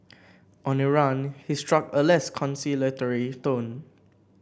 on Iran he struck a less conciliatory tone